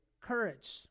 courage